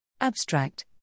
Abstract